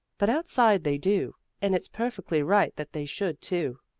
but outside they do and it's perfectly right that they should, too.